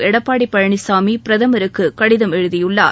எடப்பாடி பழனிசாமி பிரதமருக்கு கடிதம் எழுதியுள்ளார்